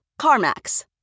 CarMax